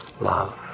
love